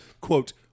quote